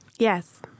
Yes